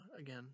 again